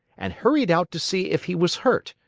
and hurried out to see if he was hurt.